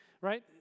right